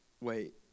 Wait